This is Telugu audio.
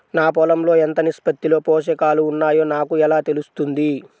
నా పొలం లో ఎంత నిష్పత్తిలో పోషకాలు వున్నాయో నాకు ఎలా తెలుస్తుంది?